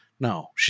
No